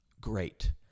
Great